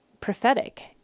prophetic